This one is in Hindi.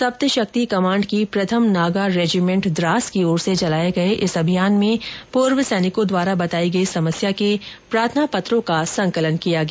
सप्त शक्ति कमांड की प्रथम नागा रेजीमेंट द्वास की ओर से चलाये गये इस अभियान में पूर्व सैनिकों द्वारा बताई गई समस्या के प्रार्थना पत्रों का संकलन किया गया